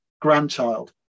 grandchild